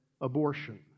abortion